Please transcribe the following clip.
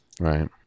Right